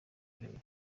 kureba